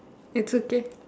it's okay